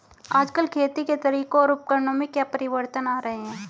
आजकल खेती के तरीकों और उपकरणों में क्या परिवर्तन आ रहें हैं?